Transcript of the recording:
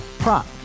Prop